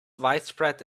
widespread